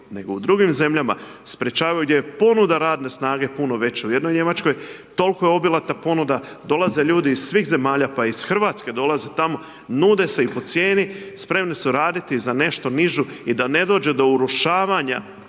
nego u drugim zemljama, sprječavaju gdje je ponuda radne snage veća u jednoj Njemačkoj, toliko je obilata ponuda, dolaze ljudi iz svih zemalja pa i iz Hrvatske, dolaze tamo, nude se, i po cijeni, spremni su radi za nešto nižu i da ne dođe do urušavanja